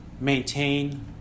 maintain